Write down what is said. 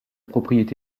propriété